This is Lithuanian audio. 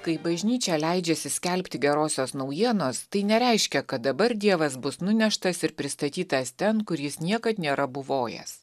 kai bažnyčia leidžiasi skelbti gerosios naujienos tai nereiškia kad dabar dievas bus nuneštas ir pristatytas ten kur jis niekad nėra buvojęs